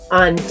on